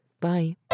bye